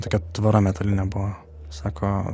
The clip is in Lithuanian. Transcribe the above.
tokia tvora metalinė buvo sako